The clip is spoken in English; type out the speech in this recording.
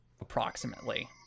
Approximately